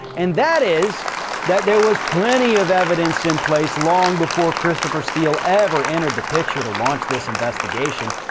and that is that there was plenty of evidence in place long before christopher steele ever entered the picture to launch this investigation.